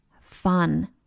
fun